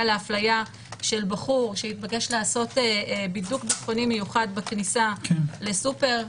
להפליה של בחור שהתבקש לעשות בידוק ביטחוני מיוחד בכניסה לסופר,